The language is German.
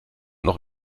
noch